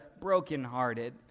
brokenhearted